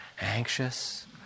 Anxious